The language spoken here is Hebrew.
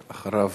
אחריו,